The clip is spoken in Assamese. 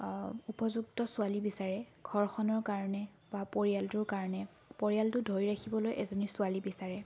উপযুক্ত ছোৱালী বিচাৰে ঘৰখনৰ কাৰণে বা পৰিয়ালটোৰ কাৰণে পৰিয়ালটো ধৰি ৰাখিবলৈ এজনী ছোৱালী বিচাৰে